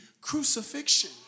crucifixion